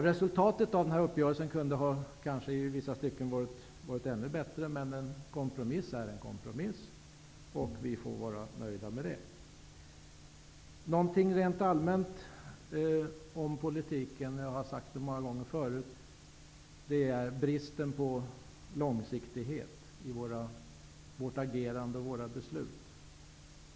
Resultatet av den här uppgörelsen kunde i vissa stycken kanske ha varit ännu bättre, men en kompromiss är en kompromiss, och vi får vara nöjda med det. Utmärkande för politiken rent allmänt är, som jag har sagt många gånger förut, bristen på långsiktighet i vårt agerande och våra beslut.